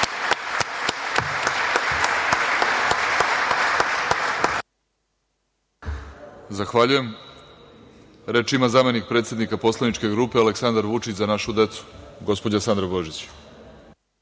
Zahvaljujem. Reč ima zamenik predsednika poslaničke grupe Aleksandar Vučić – Za našu decu, gospođa Sandra